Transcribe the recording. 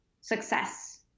success